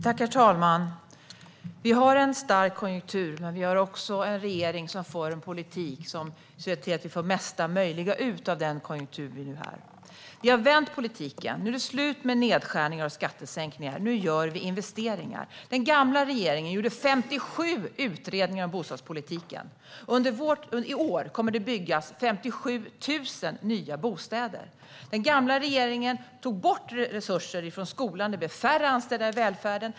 Herr talman! Vi har en stark konjunktur, men vi har också en regering som för en politik som ser till att vi får ut mesta möjliga av denna konjunktur. Vi har vänt politiken. Nu är det slut med nedskärningar och skattesänkningar. Nu gör vi investeringar. Den gamla regeringen gjorde 57 utredningar om bostadspolitiken. I år kommer det att byggas 57 000 nya bostäder. Den gamla regeringen tog bort resurser från skolan. Det blev färre anställda i välfärden.